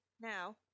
Now